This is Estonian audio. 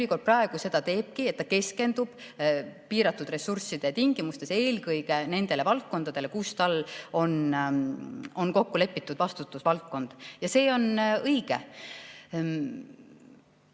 praegu teebki seda, et ta keskendub piiratud ressursside tingimustes eelkõige nendele valdkondadele, kus tal on kokkulepitud vastutusvaldkond. See on õige.